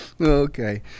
Okay